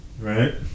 right